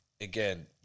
again